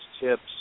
tips